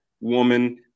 woman